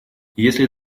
если